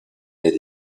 aide